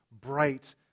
bright